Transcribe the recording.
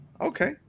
Okay